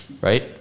Right